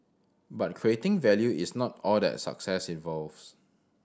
but creating value is not all that success involves